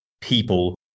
people